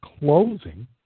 closing